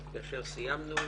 כאשר סיימנו,